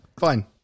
fine